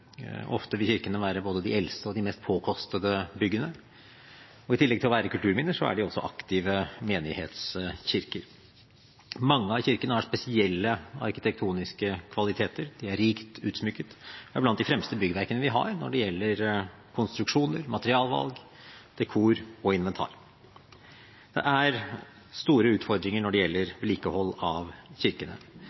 Ofte vil kirkene være både de eldste og de mest påkostede byggene. I tillegg til å være kulturminner er de aktive menighetskirker. Mange av kirkene har spesielle arkitektoniske kvaliteter, er rikt utsmykket og er blant de fremste byggverkene vi har når det gjelder konstruksjoner, materialvalg, dekor og inventar. Det er store utfordringer når det gjelder vedlikehold av kirkene.